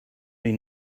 you